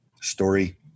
story